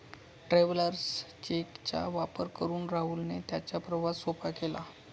travellers cheque चा वापर करून राहुलने त्याचा प्रवास सोपा केला